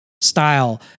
style